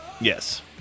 Yes